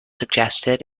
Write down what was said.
suggested